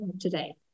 today